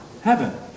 Heaven